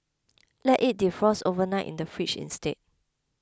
let it defrost overnight in the fridge instead